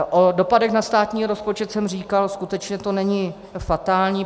O dopadech na státní rozpočet jsem říkal, skutečně to není fatální.